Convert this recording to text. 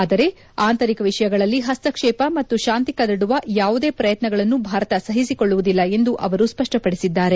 ಆದರೆ ಆಂತರಿಕ ವಿಷಯಗಳಲ್ಲಿ ಹಸ್ತಕ್ಷೇಪ ಮತ್ತು ಶಾಂತಿ ಕದಡುವ ಯಾವುದೇ ಪ್ರಯತ್ನಗಳನ್ನೂ ಭಾರತ ಸಹಿಸಿಕೊಳ್ಳುವುದಿಲ್ಲ ಎಂದು ಅವರು ಸ್ಪಷ್ಟಪಡಿಸಿದ್ದಾರೆ